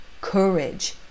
Courage